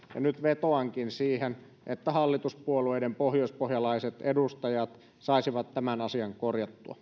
nyt vetoankin siihen että hallituspuolueiden pohjoispohjalaiset edustajat saisivat tämän asian korjattua